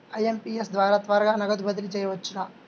IMPS ద్వారా త్వరగా నగదు బదిలీ చేయవచ్చునా?